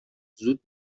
زود